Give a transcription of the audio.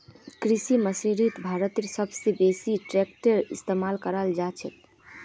कृषि मशीनरीत भारतत सब स बेसी ट्रेक्टरेर इस्तेमाल कराल जाछेक